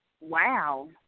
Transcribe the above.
wow